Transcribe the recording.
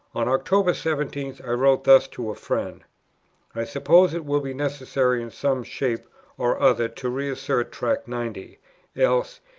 on october seventeenth, i wrote thus to a friend i suppose it will be necessary in some shape or other to re-assert tract ninety else,